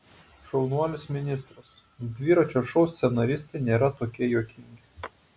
šaunuolis ministras dviračio šou scenaristai nėra tokie juokingi